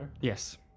yes